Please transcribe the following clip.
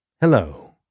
Hello